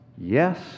Yes